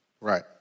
Right